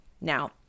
Now